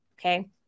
okay